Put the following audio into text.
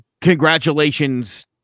congratulations